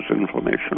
inflammation